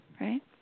Right